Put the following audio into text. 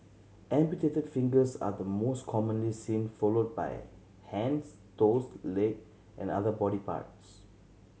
amputated fingers are the most commonly seen followed by hands toes leg and other body parts